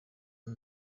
nzu